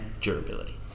durability